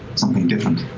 something different.